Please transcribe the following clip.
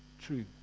true